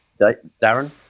Darren